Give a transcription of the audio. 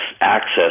access